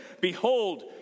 Behold